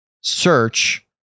search